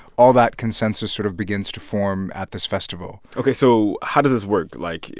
all that consensus sort of begins to form at this festival ok. so how does this work? like,